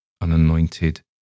unanointed